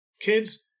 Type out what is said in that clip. Kids